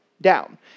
down